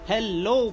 Hello